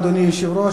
אדוני היושב-ראש,